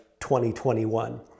2021